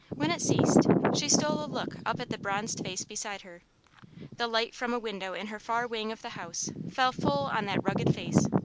when it ceased, she stole a look up at the bronzed face beside her the light from a window in her far wing of the house fell full on that rugged face,